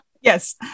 Yes